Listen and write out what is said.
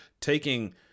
taking